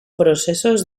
processos